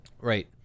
right